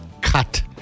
cut